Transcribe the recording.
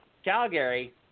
Calgary